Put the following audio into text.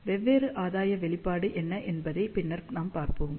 வெவ்வேறு ஆதாய வெளிப்பாடு என்ன என்பதை பின்னர் நாம் பார்ப்போம்